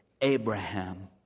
Abraham